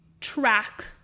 track